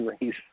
race